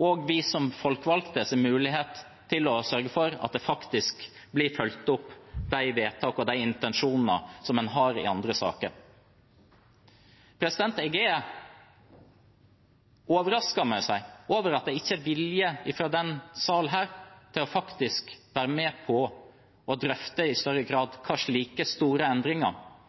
oss som folkevalgte sin mulighet til å sørge for at de vedtakene og de intensjonene som en har i andre saker, faktisk blir fulgt opp? Jeg er overrasket, må jeg si, over at det ikke er vilje fra denne salen til faktisk å være med på å drøfte i større grad hva slike store endringer